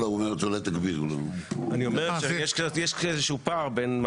אני אומר שיש איזה שהוא פער בין מה